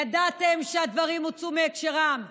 ידעתם שהדברים הוצאו מהקשרם,